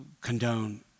condone